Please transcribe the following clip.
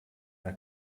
when